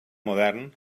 modern